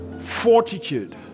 fortitude